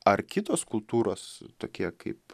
ar kitos kultūros tokie kaip